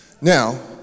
Now